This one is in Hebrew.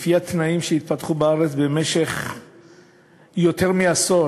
לפי התנאים שהתפתחו בארץ במשך יותר מעשור,